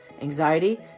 anxiety